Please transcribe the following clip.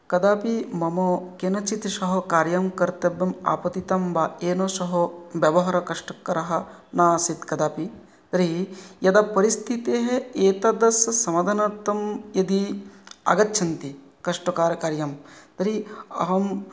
कदापि मम केनचित् सह कार्यं कर्तव्यम् आपतितं वा येन सह व्यवहारः कष्टकरः न आसीत् कदापि तर्हि यदा परिस्थितेः एतद् स समाधानार्थं यदि आगच्छन्ति कष्टकारकार्यं तर्हि अहं